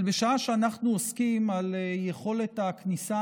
אבל בשעה שאנחנו עוסקים ביכולת הכניסה